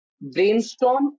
brainstorm